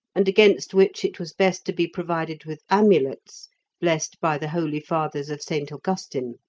and against which it was best to be provided with amulets blessed by the holy fathers of st. augustine.